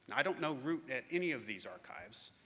and i don't know root at any of these archives,